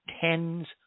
tens